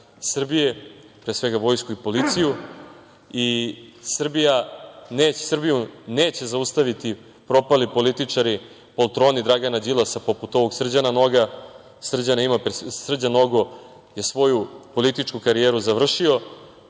pre svega vojsku i policiju. Neće Srbiju zaustaviti propali političari, poltroni Dragana Đilasa, poput ovog Srđana Noga. Srđan Nogo je svoju političku karijeru završio,